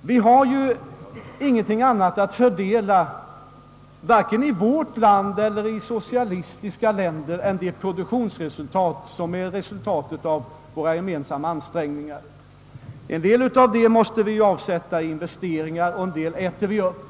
Man har ju ingenting annat att fördela, vare sig i vårt land eller i socialistiska länder, än de produktionsresultat som vi med gemensamma ansträngningar kan åstadkomma. En del av detta måste vi ju avsätta i investeringar och en del äter vi upp.